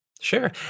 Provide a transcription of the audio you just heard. Sure